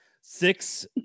Six